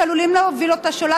שעלולים להוליך אותה שולל.